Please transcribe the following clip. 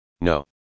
No